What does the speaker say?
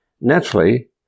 Naturally